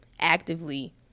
actively